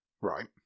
Right